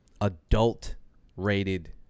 adult-rated